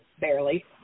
barely